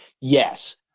Yes